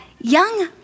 young